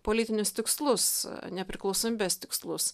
politinius tikslus nepriklausomybės tikslus